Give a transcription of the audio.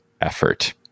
effort